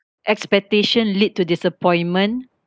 expectation lead to disappointment